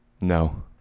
No